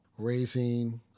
raising